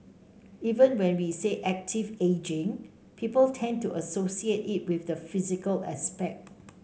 even when we say active ageing people tend to associate it with the physical aspect